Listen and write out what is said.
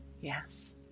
Yes